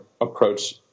approach